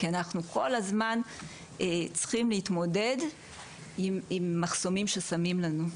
כי אנחנו כל הזמן צריכים להתמודד עם מחסומים ששמים לנו.